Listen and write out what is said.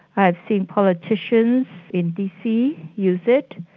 i think politicians in dc use it,